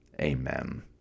Amen